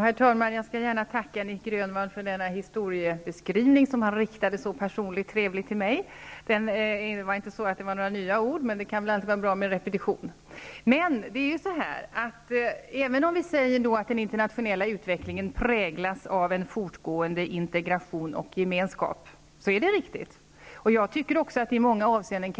Herr talman! Jag skall gärna tacka Nic Grönvall för denna historiebeskrivning, som han personligt och trevligt riktade till mig. Det var inga nya ord, men det kan alltid vara bra med en repetition. Det är riktigt när vi säger att den internationella utvecklingen präglas av en fortgående integration och gemenskap. Jag tycker också att det kan vara bra i många avseenden,